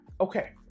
Okay